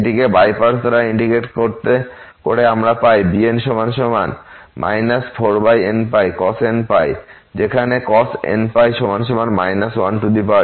এটিকে by parts দ্বারা integrate করে আমরা পাই bn 4nπcos nπ যেখানে cos nπ 1n